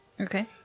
Okay